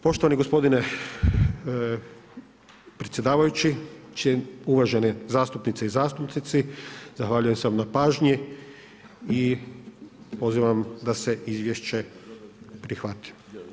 Poštovani gospodine predsjedavajući, uvažene zastupnice i zastupnici zahvaljujem se na pažnji i pozivam da se izvješće prihvati.